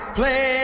play